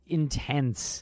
intense